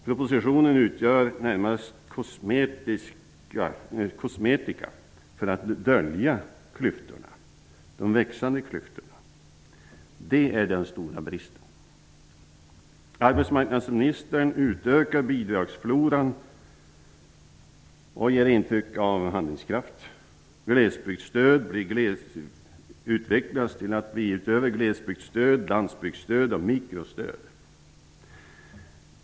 Propositionen utgör närmast kosmetika för att dölja de växande klyftorna. Det är den stora bristen. Arbetsmarknadsministern ökar bidragsfloran och ger intryck av handlingskraft. Glesbygdsstöd utvecklas till att förutom glesbygdsstöd bli även landbygdsstöd och mikrostöd.